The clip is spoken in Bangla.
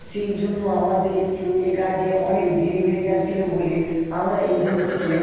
সেই জন্য আমাদের এ কাজে অনেক দেরি হয়ে যাচ্ছিলো বলে আমরা এজেন্সিকে